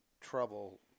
trouble